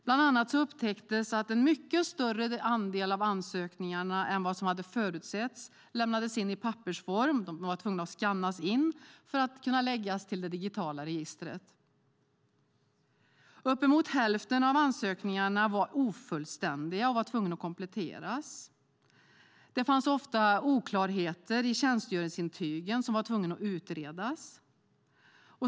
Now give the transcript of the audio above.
Bland annat upptäcktes att en mycket större andel ansökningar än vad som hade förutsetts lämnades in i pappersform och måste skannas in för att kunna läggas in i det digitala registret. Uppemot hälften av ansökningarna var ofullständiga och måste kompletteras. I tjänstgöringsintygen fanns det ofta oklarheter som måste utredas.